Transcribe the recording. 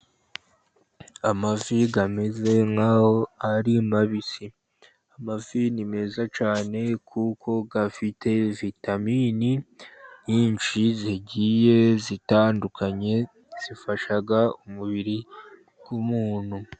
Amafi ameze nk'aho ari mabisi. Amafi ni meza cyane kuko afite vitamini nyinshi zigiye zitandukanye, zifasha umubiri w'umuntu.